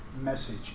message